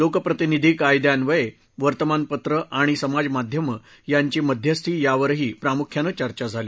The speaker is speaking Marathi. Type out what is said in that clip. लोकप्रतिनिधी कायद्यान्वये वर्तमानपत्रं आणि समाजमाध्यमं यांची मध्यस्थी यावरही प्रामुख्यानं चर्चा झाली